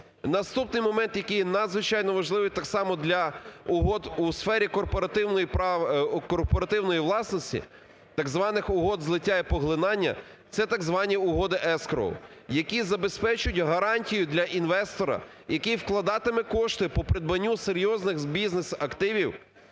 Наступний момент, який є надзвичайно важливий так само для угод у сфері корпоративної власності, так званих угод злиття і поглинання, це так звані угоди escrow, які забезпечують гарантію для інвестора, який вкладатиме кошти по придбанню серйозних бізнес-активів.